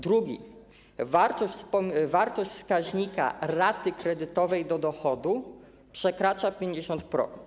Druga - wartość wskaźnika raty kredytowej do dochodu przekracza 50%.